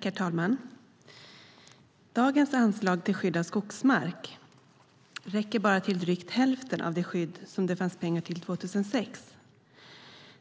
Herr talman! Dagens anslag till skydd av skogsmark räcker bara till drygt hälften av det skydd som det fanns pengar till 2006.